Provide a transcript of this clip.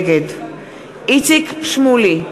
נגד איציק שמולי,